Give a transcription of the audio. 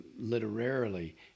literarily